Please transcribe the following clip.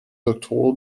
doctoral